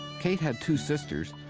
kate had two sisters,